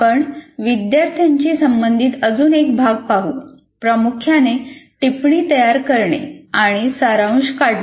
आपण विद्यार्थ्यांची संबंधित अजून एक भाग पाहू प्रामुख्याने टिप्पणी तयार करणे आणि सारांश काढणे